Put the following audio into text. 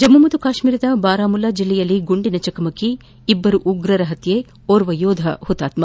ಜಮ್ಮು ಕಾಶ್ಟೀರದ ಬಾರಾಮುಲ್ಲಾ ಜಿಲ್ಲೆಯಲ್ಲಿ ಗುಂಡಿನ ಚಕಮಕಿ ಇಬ್ಬರು ಉಗ್ರರ ಹತ್ಯೆ ಓರ್ವ ಯೋಧ ಹುತಾತ್ಮ